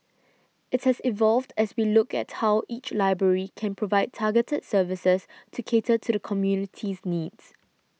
it has evolved as we look at how each library can provide targeted services to cater to the community's needs